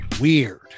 weird